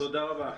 תודה רבה.